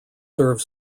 serve